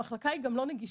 כשהמחלקה היא גם לא נגישה,